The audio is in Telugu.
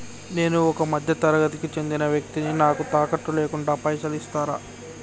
నేను ఒక మధ్య తరగతి కి చెందిన వ్యక్తిని నాకు తాకట్టు లేకుండా పైసలు ఇస్తరా?